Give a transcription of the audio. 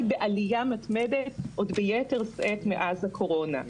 היא בעלייה מתמדת עוד ביתר שאת מאז הקורונה.